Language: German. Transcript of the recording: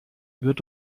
wird